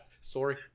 Sorry